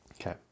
Okay